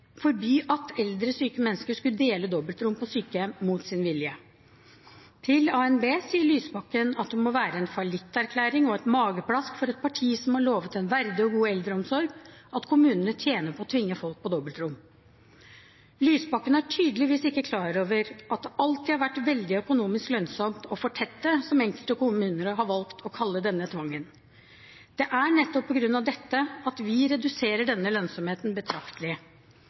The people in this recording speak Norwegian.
forby at eldre syke mennesker skulle dele dobbeltrom på sykehjem mot sin vilje. Til ANB sier Lysbakken at det må være en fallitterklæring og et mageplask for et parti som har lovet en verdig og god eldreomsorg, at kommunene tjener på å tvinge folk på dobbeltrom. Lysbakken er tydeligvis ikke klar over at det alltid har vært veldig økonomisk lønnsomt å fortette, som enkelte kommuner har valgt å kalle denne tvangen. Det er nettopp på grunn av dette at vi reduserer denne lønnsomheten betraktelig.